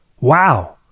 wow